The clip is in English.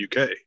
UK